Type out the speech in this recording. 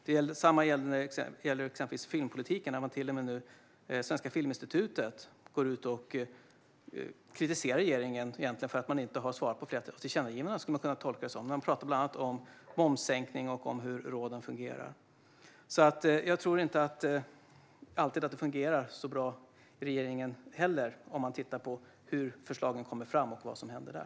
Detsamma gäller exempelvis filmpolitiken, där Svenska Filminstitutet nu till och med går ut och kritiserar regeringen för att man inte har svarat på flera tillkännagivanden. Så skulle det kunna tolkas. De pratar om bland annat momssänkning och hur råden fungerar. Jag tror alltså inte att det alltid fungerar så bra i regeringen heller, sett till hur förslagen kommer fram och vad som händer där.